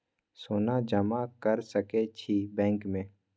सोना जमा कर सके छी बैंक में?